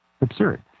Absurd